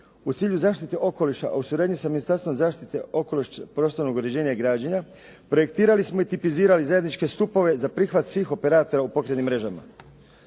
U cilju zaštite okoliša, a u suradnji sa Ministarstvom zaštite okoliša, prostornog uređenja i građenja, projektirali smo i tipizirali zajedničke stupove za prihvat svih operatora u pokretnim mrežama.